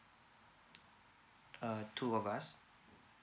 uh two of us